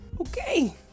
Okay